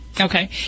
Okay